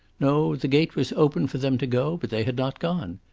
no the gate was open for them to go, but they had not gone.